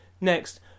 Next